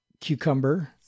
cucumber